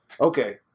okay